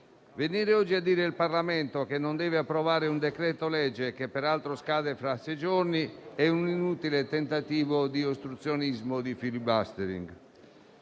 Venire oggi a dire al Parlamento che non deve convertire un decreto-legge, che peraltro scade fra sei giorni, è un inutile tentativo di ostruzionismo, di *filibustering*.